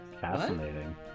Fascinating